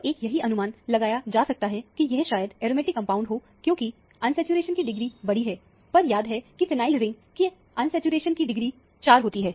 तो एक यही अनुमान लगा जा सकता है कि यह शायद एरोमेटिक कंपाउंड हो क्योंकि अनसैचुरेशन की डिग्री बड़ी है पर याद है की फिनायल रिंग की अनसैचुरेशन की डिग्री 4 होती है